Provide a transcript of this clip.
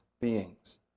beings